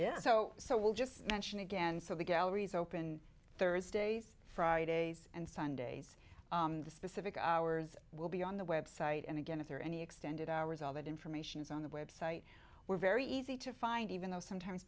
yeah so so we'll just mention again so the galleries open thursdays fridays and sundays the specific hours will be on the website and again if there are any extended hours all that information is on the website we're very easy to find even though sometimes